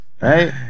Right